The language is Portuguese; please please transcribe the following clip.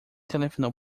telefonou